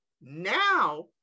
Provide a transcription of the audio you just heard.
Now